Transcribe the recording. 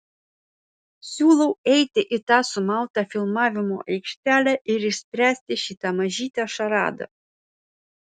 siūlau eiti į tą sumautą filmavimo aikštelę ir išspręsti šitą mažytę šaradą